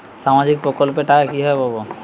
সামাজিক প্রকল্পের টাকা কিভাবে পাব?